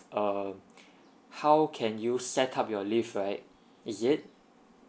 um how can you set up your leave right is it